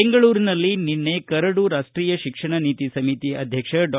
ಬೆಂಗಳೂರಿನಲ್ಲಿ ನಿನ್ನೆ ಕರಡು ರಾಷ್ಷೀಯ ಶಿಕ್ಷಣ ನೀತಿ ಸಮಿತಿ ಅಧ್ಯಕ್ಷ ಡಾ